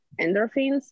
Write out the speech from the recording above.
endorphins